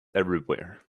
everywhere